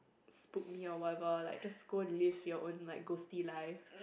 spook me or whatever like just go live your own like your ghostly life